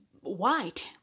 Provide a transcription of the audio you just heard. white